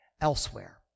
elsewhere